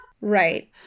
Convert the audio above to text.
Right